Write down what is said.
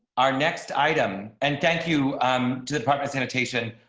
our next item and thank you um to the proper sanitation.